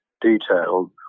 detailed